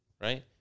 right